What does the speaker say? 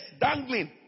dangling